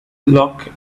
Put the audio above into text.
luck